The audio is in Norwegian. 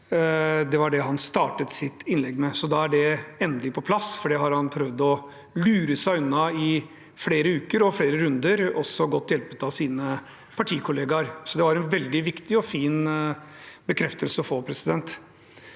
Det var det han startet sitt innlegg med, så da er det endelig på plass. Det har han prøvd å lure seg unna i flere uker og flere runder, også godt hjulpet av sine partikollegaer, så det var en veldig viktig og fin bekreftelse å få. Så til det